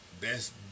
best